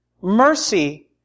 Mercy